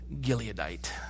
Gileadite